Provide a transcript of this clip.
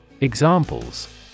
Examples